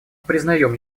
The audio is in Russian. признаем